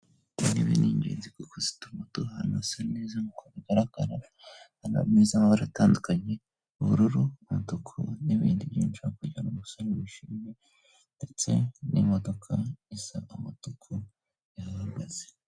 Intebe ni ingenzi kuko zituma tuba ahantu hasa neza nk'uko bigaragara, hari ameza y'amabara atandukanye, ubururu, umutuku, n'ibindi byinshi, hakurya hari umusore wishimye ndetse n'imodoka isa umutuku yahahagaze.